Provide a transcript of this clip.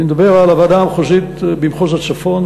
אני מדבר על הוועדה המחוזית במחוז הצפון,